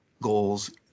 goals